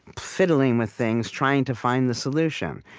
fiddling with things, trying to find the solution.